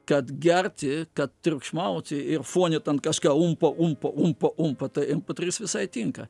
kad gerti kad triukšmauti ir fone ten kažką umpo umpo umpo umpo tai mp trys visai tinka